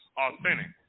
authentic